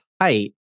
height